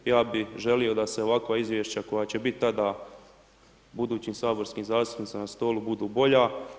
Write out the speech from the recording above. Ja bih želio da se ovakva izvješća koja će biti tada budućim saborskim zastupnicima na stolu budu bolja.